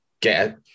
get